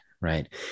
Right